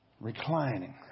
Reclining